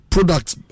Products